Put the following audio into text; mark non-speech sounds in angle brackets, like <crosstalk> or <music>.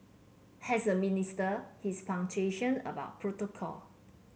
as a minister he's <unintelligible> about protocol